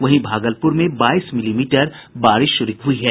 वहीं भागलपुर में बाईस मिलीमीटर बारिश हुई है